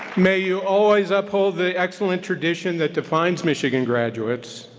may you always uphold the excellent tradition that defines michigan graduates,